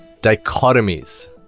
Dichotomies